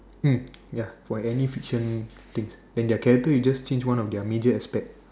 mm ya for any fiction things then their character you just change one of their major aspect